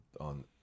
on